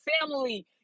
family